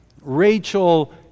Rachel